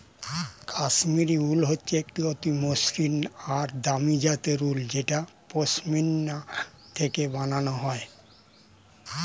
Kashmiri wool হচ্ছে এক অতি মসৃন আর দামি জাতের উল যেটা পশমিনা থেকে বানানো হয়